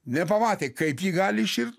nepamatė kaip ji gali iširt nors